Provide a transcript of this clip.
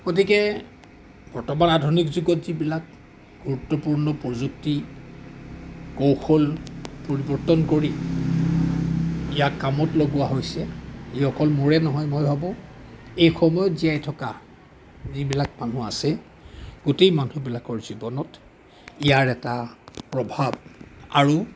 গতিকে বৰ্তমান আধুনিক যুগত যিবিলাক গুৰুত্বপূৰ্ণ প্ৰযুক্তি কৌশল পৰিৱৰ্তন কৰি ইয়াক কামত লগোৱা হৈছে ই অকল মোৰেই নহয় মই ভাবোঁ এই সময়ত জীয়াই থকা যিবিলাক মানুহ আছে গোটেই মানুহবিলাকৰ জীৱনত ইয়াৰ এটা প্ৰভাৱ আৰু